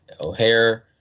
o'hare